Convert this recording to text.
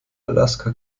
alaska